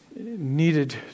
needed